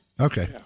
okay